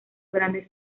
grandes